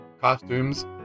costumes